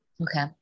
Okay